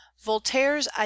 Voltaire's